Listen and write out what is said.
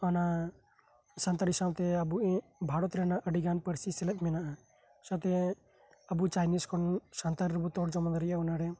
ᱚᱱᱟ ᱥᱟᱱᱛᱟᱲᱤ ᱥᱟᱶᱛᱮ ᱟᱵᱚ ᱵᱷᱟᱨᱚᱛ ᱨᱮᱱᱟᱜ ᱟᱹᱰᱤ ᱜᱟᱱ ᱯᱟᱹᱨᱥᱤ ᱥᱮᱞᱮᱫ ᱢᱮᱱᱟᱜᱼᱟ ᱥᱟᱶᱛᱮ ᱟᱵᱚ ᱪᱟᱭᱱᱤᱡ ᱠᱷᱚᱱ ᱟᱵᱚ ᱥᱟᱱᱛᱟᱲᱤ ᱨᱮᱵᱚ ᱛᱚᱨᱡᱚᱢᱟ ᱫᱟᱲᱮᱭᱟᱜᱼᱟ ᱚᱱᱟ ᱨᱮ